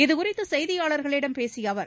இதுகுறித்துசெய்தியாளர்களிடம் பேசியஅவர்